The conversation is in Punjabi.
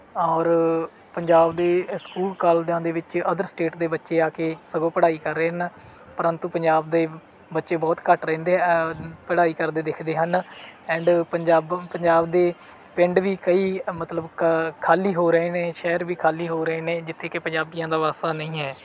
ਔਰ ਪੰਜਾਬ ਦੇ ਸਕੂਲ ਕਾਲਜਾਂ ਦੇ ਵਿੱਚ ਅਦਰ ਸਟੇਟ ਦੇ ਬੱਚੇ ਆ ਕੇ ਸਗੋਂ ਪੜ੍ਹਾਈ ਕਰ ਰਹੇ ਹਨ ਪਰੰਤੂ ਪੰਜਾਬ ਦੇ ਬੱਚੇ ਬਹੁਤ ਘੱਟ ਰਹਿੰਦੇ ਪੜ੍ਹਾਈ ਕਰਦੇ ਦਿਖਦੇ ਹਨ ਐਂਡ ਪੰਜਾਬ ਪੰਜਾਬ ਦੇ ਪਿੰਡ ਵੀ ਕਈ ਮਤਲਬ ਕ ਖਾਲੀ ਹੋ ਰਹੇ ਨੇ ਸ਼ਹਿਰ ਵੀ ਖਾਲੀ ਹੋ ਰਹੇ ਨੇ ਜਿੱਥੇ ਕਿ ਪੰਜਾਬੀਆਂ ਦਾ ਵਾਸਾ ਨਹੀਂ ਹੈ